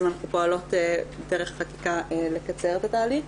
אנחנו פועלות דרך חקיקה לקצר את התהליך,